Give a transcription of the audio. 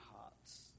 hearts